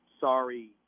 sorry